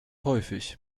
häufig